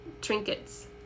trinkets